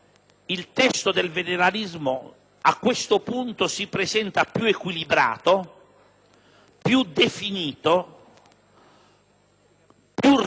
il testo sul federalismo a questo punto si presenta più equilibrato, più definito, più rispettoso